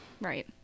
Right